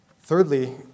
Thirdly